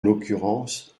l’occurrence